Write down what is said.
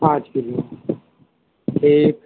पाँच किलो ठीक